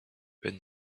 when